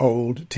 Old